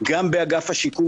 גם באגף השיקום,